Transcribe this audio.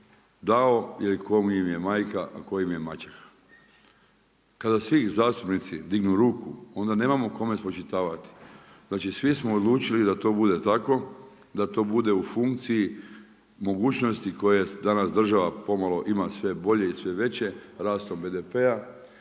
dao ili tko im je majka, a tko im je mačeha. Kada svi zastupnici dignu ruku, onda nemamo kome spočitavati. Znači svi smo odlučili da to bude tako, da to bude u funkciji, mogućnosti koje danas država pomalo ima sve bolje i sve veće rastom BDP-a